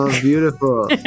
beautiful